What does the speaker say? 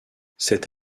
cette